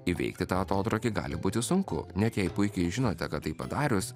įveikti tą atotrūkį gali būti sunku net jei puikiai žinote kad tai padarius